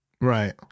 Right